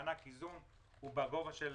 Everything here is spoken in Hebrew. מענק איזון הוא בגובה של